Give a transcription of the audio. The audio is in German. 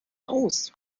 aus